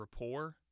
rapport